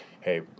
hey